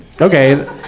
Okay